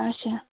اچھا